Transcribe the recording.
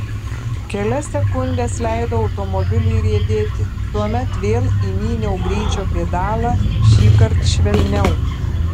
kelias sekundes leidau automobiliui riedėti tuomet vėl įminiau greičio pedalą šįkart švelniau